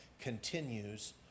continues